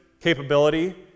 capability